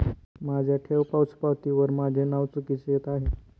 माझ्या ठेव पोचपावतीवर माझे नाव चुकीचे येत आहे